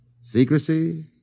Secrecy